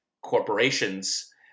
corporations